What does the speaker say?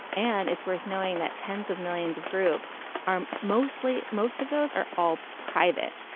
and it's worth knowing that tens of millions of groups are mostly most of those are all private.